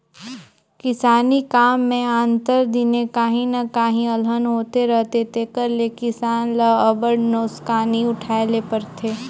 किसानी काम में आंतर दिने काहीं न काहीं अलहन होते रहथे तेकर ले किसान ल अब्बड़ नोसकानी उठाए ले परथे